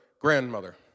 grandmother